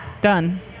done